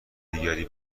دیگری